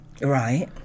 right